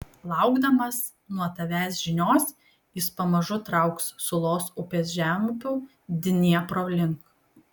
laukdamas nuo tavęs žinios jis pamažu trauks sulos upės žemupiu dniepro link